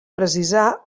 precisar